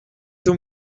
too